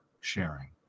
sharing